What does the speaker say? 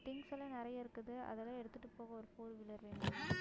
திங்ஸ்செலாம் நிறைய இருக்குது அதெலாம் எடுத்துகிட்டு போக ஒரு ஃபோர் வீலர் வேணுங்ண்ணா